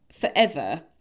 forever